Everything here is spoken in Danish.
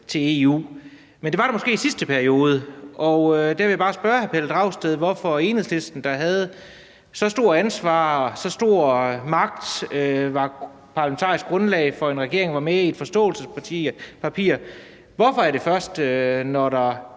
til EU, men det var der måske i sidste periode. Derfor vil jeg bare spørge hr. Pelle Dragsted, hvorfor Enhedslisten, der havde så stort et ansvar og så stor en magt, var parlamentarisk grundlag for en regering og var med i et forståelsespapir, først bringer det op nu, når der